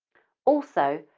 also,